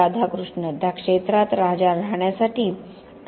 राधाकृष्ण त्या क्षेत्रात राहण्यासाठी डॉ